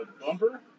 bumper